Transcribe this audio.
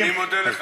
אני מודה לך.